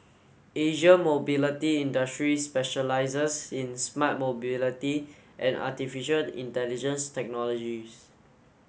Asia Mobility Industries specialises in smart mobility and artificial intelligence technologies